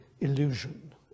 illusion